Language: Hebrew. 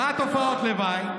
מהן תופעות הלוואי?